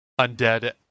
undead